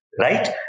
Right